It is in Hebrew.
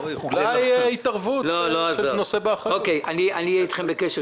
אני אהיה איתכם בקשר.